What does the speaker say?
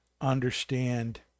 understand